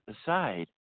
aside